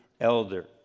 elder